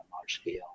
large-scale